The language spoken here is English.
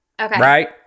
right